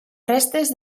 restes